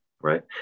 Right